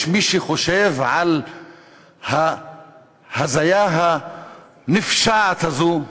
יש מי שחושב על ההזיה הנפשעת הזאת?